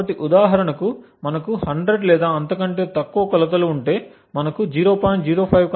కాబట్టి ఉదాహరణకు మనకు 100 లేదా అంతకంటే తక్కువ కొలతలు ఉంటే మనకు 0